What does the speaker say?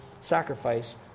sacrifice